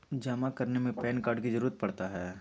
जमा करने में पैन कार्ड की जरूरत पड़ता है?